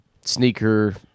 sneaker